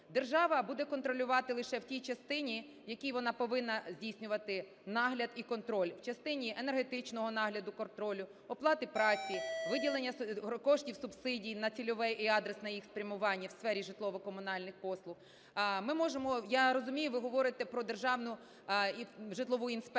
Держава буде контролювати лише в тій частині, в якій вона повинна здійснювати нагляд і контроль: в частині енергетичного нагляду і контролю, оплати праці, виділення коштів субсидій на цільове і адресне їх спрямування в сфері житлово-комунальних послуг. Ми можемо… Я розумію, ви говорите про державну і житлову інспекцію.